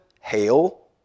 hail